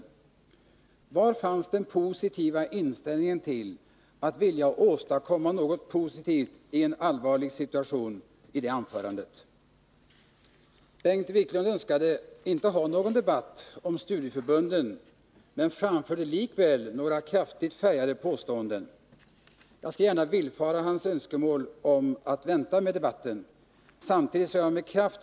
Var i det anförandet fanns Torsdagen den den positiva inställningen till att åstadkomma något för att förbättra en 11 december 1980 allvarlig situation? Bengt Wiklund önskade inte föra någon debatt om studieförbunden, men Besparingar i han gjorde likväl några kraftigt färgade påståenden. Jag skall gärna villfara statsverksamheten, hans önskemål om att vänta med den debatten, men jag vill redan nu med mm.m.